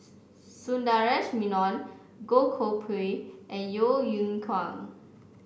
Sundaresh Menon Goh Koh Pui and Yeo Yeow Kwang